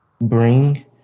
bring